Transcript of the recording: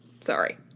Sorry